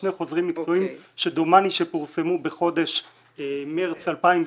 שני חוזרים מקצועיים שדומני שפורסמו בחודש מרץ 2018,